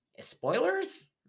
spoilers